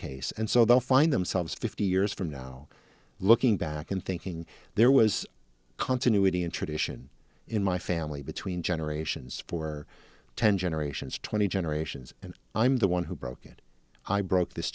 case and so they'll find themselves fifty years from now looking back and thinking there was continuity and tradition in my family between generations for ten generations twenty generations and i'm the one who broke it i broke this